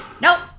Nope